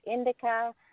indica